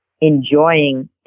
enjoying